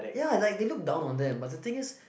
ya like they look down on them but the thing is